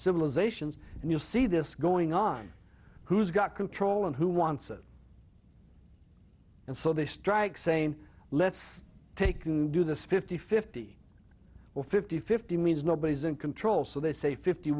civilizations and you see this going on who's got control and who wants it and so they strike saying let's take can do this fifty fifty or fifty fifty means nobody's in control so they say fifty